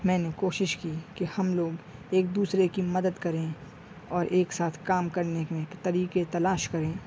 میں نے کوشش کی کہ ہم لوگ ایک دوسرے کی مدد کریں اور ایک ساتھ کام کرنے میں طریقے تلاش کریں